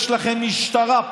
יש לכם משטרה,